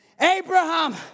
Abraham